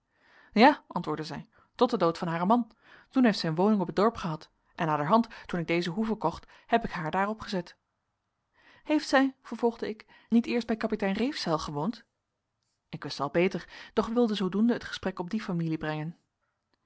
ja antwoordde zij tot den dood van haren man toen heeft zij een woning op het dorp gehad en naderhand toen ik deze hoeve kocht heb ik haar daarop gezet heeft zij vervolgde ik niet eerst bij kapitein reefzeil gewoond ik wist wel beter doch wilde zoodoende het gesprek op die familie brengen